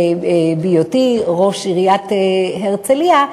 בהיותי ראש עיריית הרצלייה,